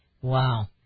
Wow